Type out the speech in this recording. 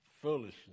foolishness